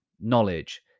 knowledge